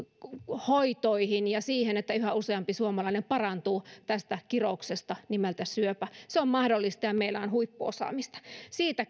hoitoihin ja siihen että yhä useampi suomalainen parantuu tästä kirouksesta nimeltä syöpä se on mahdollista ja meillä on huippuosaamista siitä